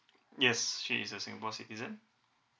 yes she is a singapore citizen